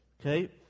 Okay